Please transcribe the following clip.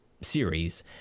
series